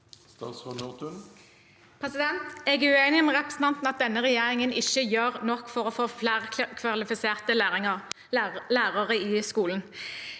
med representanten i at denne regjeringen ikke gjør nok for å få flere kvalifiserte lærere i skolen.